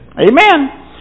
Amen